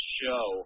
show